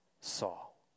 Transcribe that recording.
Saul